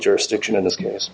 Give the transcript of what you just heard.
jurisdiction in this case